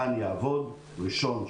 חצי גן יעבוד בראשון,